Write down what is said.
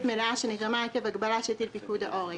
מלאה שנגרמה עקב הגבלה שהטיל פיקוד העורף".